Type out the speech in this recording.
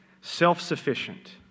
Self-sufficient